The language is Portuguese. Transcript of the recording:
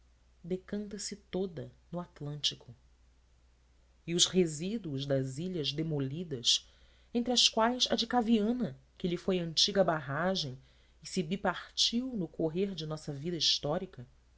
araguari decanta se toda no atlântico e os resíduos das ilhas demolidas entre as quais a de caviana que lhe foi antiga barragem e se bipartiu no correr de nossa vida histórica